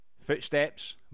footsteps